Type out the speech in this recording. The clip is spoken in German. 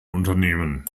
unternehmen